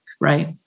right